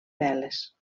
veles